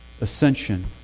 ascension